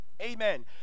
amen